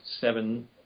seven